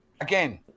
Again